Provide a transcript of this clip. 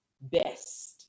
best